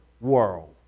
world